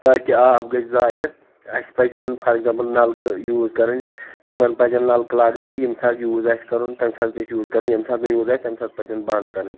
تاکہِ آب گژھہِ ضایعہِ اسہِ پَزیٚن فار ایٚگزامپٕل نَلکہٕ یوٗز کَرٕنۍ تِمَن پَزیٚن نَلکہٕ لاگٕنۍ تہٕ ییٚمہِ ساتہٕ یوٗز آسہِ کَرُن تَمہِ ساتہٕ گژھہِ یوٗز کَرُن ییٚمہِ ساتہٕ نہٕ یوٗز آسہِ تَمہِ ساتہٕ پَزیٚن بنٛد کَرٕنۍ